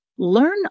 Learn